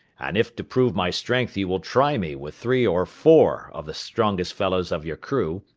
and if to prove my strength you will try me with three or four of the strongest fellows of your crew,